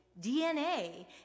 DNA